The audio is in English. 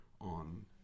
on